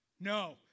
No